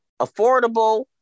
affordable